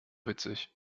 witzig